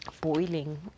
boiling